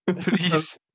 Please